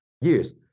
years